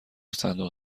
صندوق